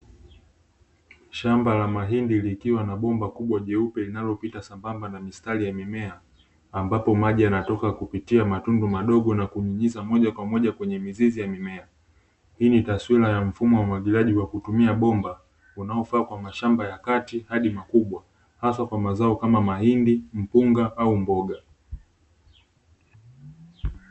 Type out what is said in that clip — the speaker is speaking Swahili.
Shamba la mahindi likiwa na bomba kubwa jeupe linalopita sambamba na mistari ya mimea, ambapo maji yanatoka kupitia matundu madogo na kunyunyiza moja kwa moja kwenye mizizi, ya mimea hii ni taswira ya mfumo wa umwagiliaji wa kutumia bomba unaofaa kwa mashamba ya kati hadi makubwa haswa kwa mazao kama mahindi mpunga au mboga.